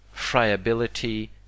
friability